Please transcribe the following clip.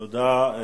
תודה.